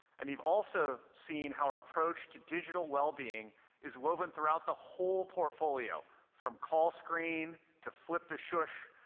and you've also seen how our approach to digital well-being is woven throughout the whole portfolio from call screen to flip to shush,